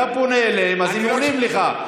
אתה פונה אליהם, אז הם עונים לך.